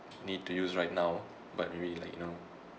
need to use right now but you like now